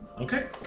Okay